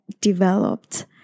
developed